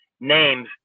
names